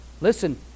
Listen